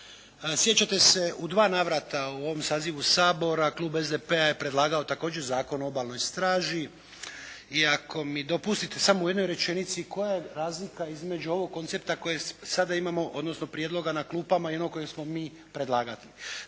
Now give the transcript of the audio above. Sjećate se u dva navrata u ovom sazivu Sabora klub SDP-a je predlagao također Zakon o obalnoj straži i ako mi dopustite samo u jednoj rečenici koja je razlika između ovog koncepta kojeg sada imamo, odnosno prijedloga na klupama i onog kojeg smo mi predlagali.